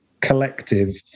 collective